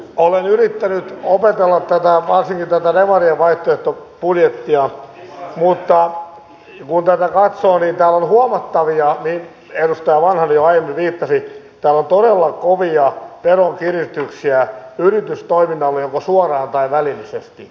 olen yrittänyt opetella varsinkin tätä demarien vaihtoehtobudjettia mutta kun tätä katsoo niin täällä on huomattavia mihin edustaja vanhanen jo aiemmin viittasi todella kovia veronkiristyksiä yritystoiminnalle joko suoraan tai välillisesti